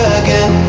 again